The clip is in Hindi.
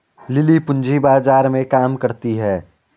लिली पूंजी बाजार में काम करती है